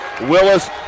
Willis